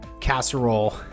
casserole